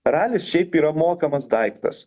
ralis šiaip yra mokamas daiktas